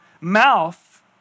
mouth